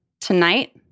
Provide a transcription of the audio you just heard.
tonight